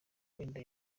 wenda